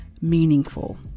meaningful